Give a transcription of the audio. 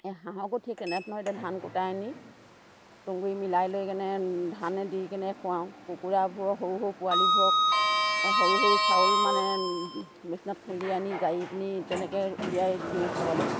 এই হাঁহকো ঠিক তেনেধৰণৰ এতিয়া ধান কোটাই আনি তুঁহগুৰি মিলাই লৈ কেনে ধানে দি কিনে খুৱাওঁ কুকুৰাবোৰক সৰু সৰু পোৱালীবোৰক সৰু সৰু চাউল মানে মেচিনত খুন্দি আনি জাৰি পিনি তেনেকৈ উলিয়াই দিওঁ খাবলৈ